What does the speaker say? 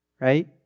Right